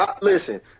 listen